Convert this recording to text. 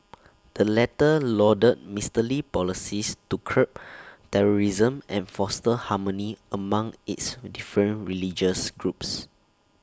the latter lauded Mister Lee's policies to curb terrorism and foster harmony among its different religious groups